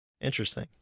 Interesting